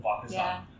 Pakistan